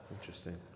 interesting